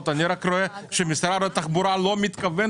רואה שמשרד התחבורה לא מתכוון